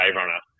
runner